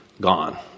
gone